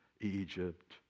Egypt